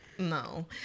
No